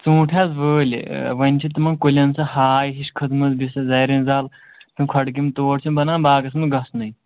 ژوٗنٛٹھۍ حظ وٲلۍ وۅنۍ چھِ تِمَن کُلٮ۪ن سۄ ہاے ہِش کھٔتمٕژ بیٚیہِ سُہ زرٮ۪ن زال تِم کھۅڈٕ کیٚمۍ توڑ چھُنہٕ بَنان باغَس منٛز گژھنُے